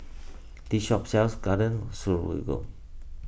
this shop sells Garden Stroganoff